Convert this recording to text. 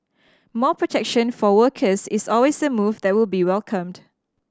more protection for workers is always a move that will be welcomed